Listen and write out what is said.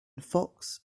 fox